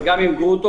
גם עם גרוטו,